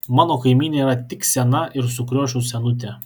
mano kaimynė yra tik sena ir sukriošus senutė